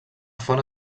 font